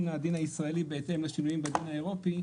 הדין הישראלי בהתאם לשינויים בדין האירופי,